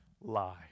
lie